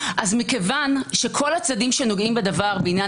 מכיוון שכל הצדדים שנוגעים בדבר בעניין